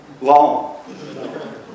Long